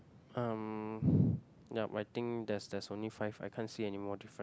um yup I think there's there's only five I can't see any more different